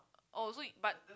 oh so you but